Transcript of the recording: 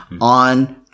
on